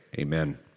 Amen